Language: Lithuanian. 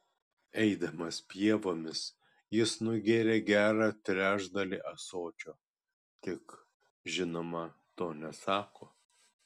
eidamas pievomis jis nugėrė gerą trečdalį ąsočio tik žinoma to nesako